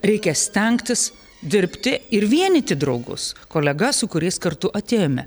reikia stengtis dirbti ir vienyti draugus kolegas su kuriais kartu atėjome